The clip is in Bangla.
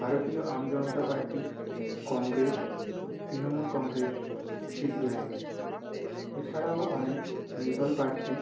ভারতীয় আমজনতা party Congress Trinamool Congress CPIM এছাড়াও অনেক নির্দল পার্থী